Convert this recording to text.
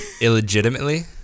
illegitimately